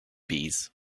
bees